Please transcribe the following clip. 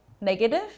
negative